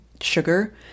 sugar